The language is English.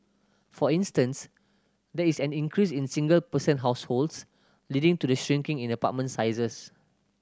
for instance there is an increase in single person households leading to the shrinking in apartment sizes